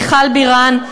מיכל בירן,